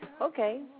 okay